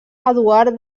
eduard